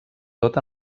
tot